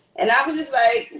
and i was just like,